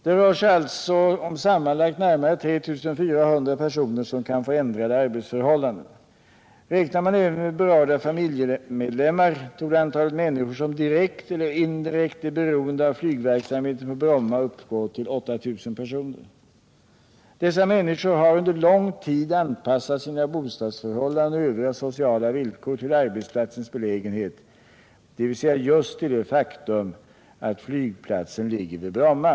Det rör sig alltså om sammanlagt närmare 3 400 personer, som kan få ändrade arbetsförhållanden. Räknar man även med berörda familje medlemmar, torde antalet människor som direkt eller indirekt är beroende — Nr 52 av flygverksamheten på Bromma uppgå till 8 000 personer. Dessa människor har under lång tid anpassat sina bostadsförhållanden och övriga sociala villkor till arbetsplatsens belägenhet, dvs. just till det faktum att flygplatsen ligger i Bromma.